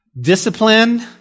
Discipline